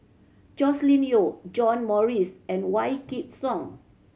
Joscelin Yeo John Morrice and Wykidd Song